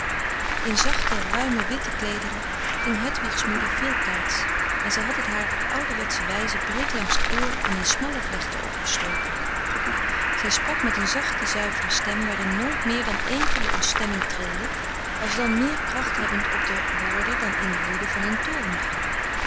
in zachte ruime witte kleederen ging hedwigs moeder veeltijds en zij had het haar op ouderwetsche wijze breed langs de ooren en in smalle vlechten opgestoken zij sprak met een zachte zuivere stem waarin nooit meer dan even de ontstemming trilde alsdan meer kracht hebbend op den hoorder dan de woede van een